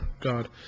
God